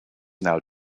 now